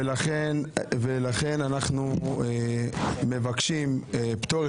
ולכן אנחנו מבקשים פטור.